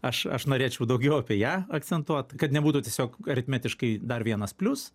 aš aš norėčiau daugiau apie ją akcentuot kad nebūtų tiesiog aritmetiškai dar vienas plius